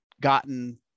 gotten